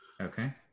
Okay